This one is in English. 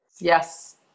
yes